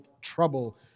trouble